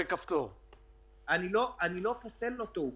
באותה אנלוגיה אני רוצה להבין שברור לחלוטין שזה